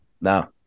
No